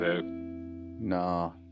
no